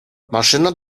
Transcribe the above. maszyna